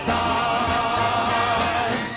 time